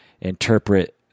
interpret